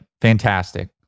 fantastic